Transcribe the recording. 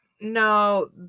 No